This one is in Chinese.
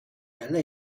人类